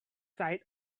side